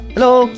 Hello